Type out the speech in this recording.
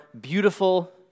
beautiful